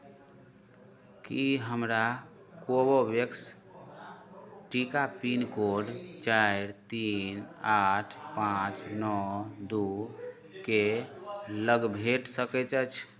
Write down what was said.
की हमरा कोवोवेक्स टीका पिनकोड चारि तीन आठ पाँच नओ दूके लग भेटि सकैत अछि